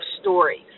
stories